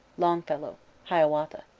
longfellow hiawatha.